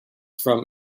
from